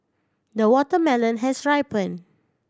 the watermelon has ripen